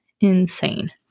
insane